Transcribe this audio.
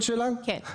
כן.